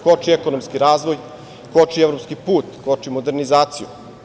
Koči i ekonomski razvoj, koči evropski put, koči modernizaciju.